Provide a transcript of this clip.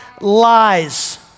lies